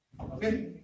Okay